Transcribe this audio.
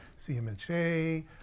CMHA